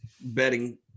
betting